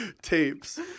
tapes